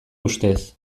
ustez